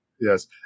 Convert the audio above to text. yes